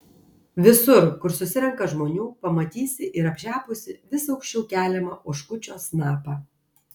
visur kur susirenka žmonių pamatysi ir apšepusį vis aukščiau keliamą oškučio snapą